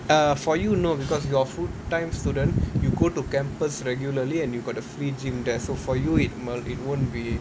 err for you no because you'r a full time student you go to campus regularly and you got the free gym there so for you it wi~ it won't be